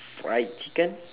fried chicken